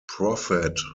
prophet